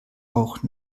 auch